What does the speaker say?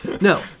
no